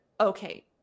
okay